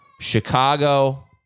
Chicago